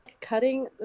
cutting